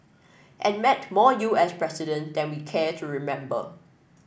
and met more U S president than we care to remember